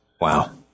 Wow